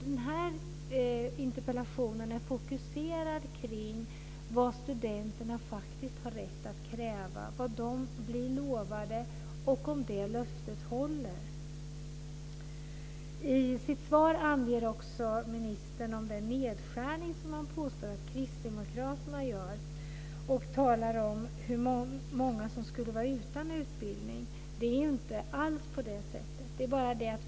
Den här interpellationen är fokuserad kring vad studenterna faktiskt har rätt att kräva, vad de blir lovade och om det löftet håller. I sitt svar talar också ministern om den nedskärning som han påstår att kristdemokraterna gör och om hur många som skulle bli utan utbildning. Det är inte alls på det sättet.